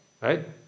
right